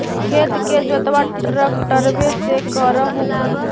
खेत के जोतबा ट्रकटर्बे से कर हू की?